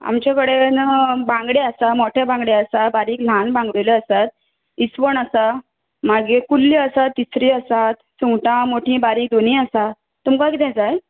आमचें कडेन बांगडें आसा मोटें बांगडें आसा बारीक ल्हान बांगुल्ल्यो आसात इसवण आसा मागीर कुल्ल्यो आसा तिसऱ्यो आसात सुंगटां मोटी बारीक दोनी आसा तुमकां किदें जाय